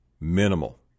minimal